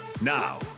Now